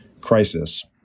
crisis